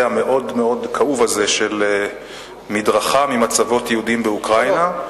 המאוד-מאוד כאוב הזה של מדרכה ממצבות יהודים באוקראינה.